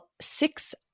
six-